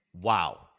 Wow